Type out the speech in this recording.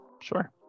Sure